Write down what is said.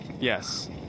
Yes